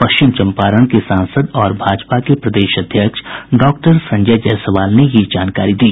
पश्चिम चंपारण के सांसद और भाजपा के प्रदेश अध्यक्ष डॉक्टर संजय जायसवाल ने यह जानकारी दी